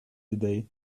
today